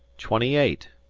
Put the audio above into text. twenty eight,